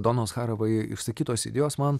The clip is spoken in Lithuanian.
donos harvai išsakytos idėjos man